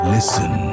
Listen